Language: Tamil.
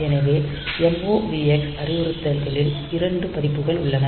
எனவே MOVX அறிவுறுத்தல்களில் 2 பதிப்புகள் உள்ளது